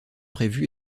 prévu